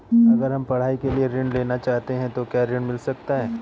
अगर हम पढ़ाई के लिए ऋण लेना चाहते हैं तो क्या ऋण मिल सकता है?